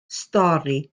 stori